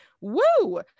woo